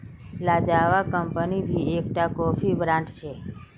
Lavazza company भी एक टा कोफीर ब्रांड छे